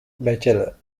bachelor